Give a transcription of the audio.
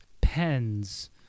pens